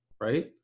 right